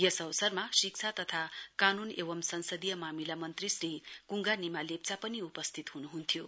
यस अवसरमा शिक्षा तथा कानुन एवं संसदीय मामिला मन्त्री श्री कुंगा निमा लेप्चा पनि उपस्थित हुनुहुन्थ्यो